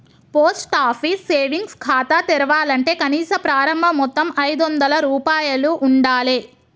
post office savings ఖాతా తెరవాలంటే కనీస ప్రారంభ మొత్తం ఐదొందల రూపాయలు ఉండాలె